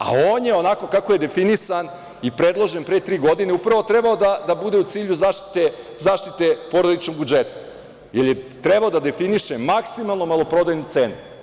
A on je, onako kako je definisan i predložen pre tri godine, upravo trebao da bude u cilju zaštite porodičnog budžeta, jer je trebao da definiše maksimalnu maloprodajnu cenu.